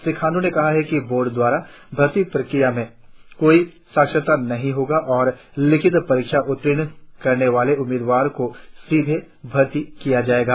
श्री खाण्ड्र ने कहा कि बोर्ड द्वारा भर्ती प्रक्रिया में कोई साक्षात्कार नही होगा और लिखित परीक्षा उत्तीर्ण करने वाले उम्मीदवारों को सीधे भर्ती किया जाएगा